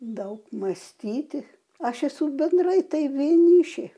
daug mąstyti aš esu bendrai tai vienišė